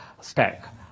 stack